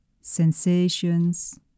sensations